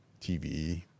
TV